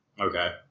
Okay